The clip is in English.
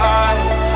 eyes